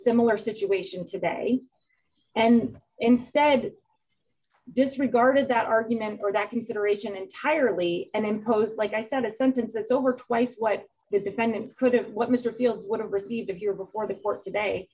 similar situation today and instead disregard is that argument or that consideration entirely and imposed like i said a sentence that the over twice what this defendant could have what mr fields would have received if you're before the court today